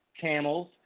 Camels